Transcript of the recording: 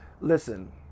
Listen